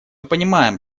понимаем